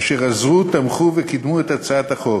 אשר עזרו, תמכו וקידמו את הצעת החוק,